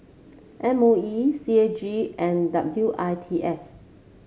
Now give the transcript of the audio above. M O E C A G and W I T S